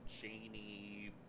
Janie